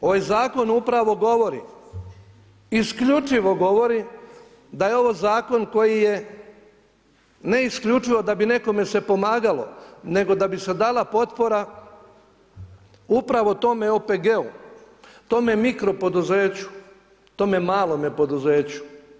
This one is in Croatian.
Ovaj zakon upravo govori, isključivo govori da je ovo zakon koji je ne isključivo da bi nekome se pomagalo, nego da bi se dala potpora upravo tome OPG-u, tome mikro poduzeću, tome malome poduzeću.